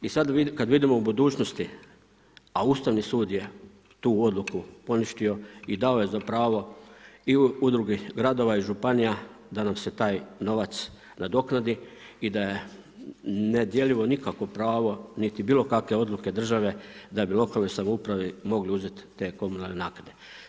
I sada kada vidimo u budućnosti a Ustavni sud je tu odluku poništio i dao je za pravo i Udruzi gradova i županije da nam se taj novac nadoknadi i da je nedjeljivo nikakvo pravo niti bilo kakve odluke države da bi lokalnoj samoupravi mogli uzeti te komunalne naknade.